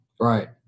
right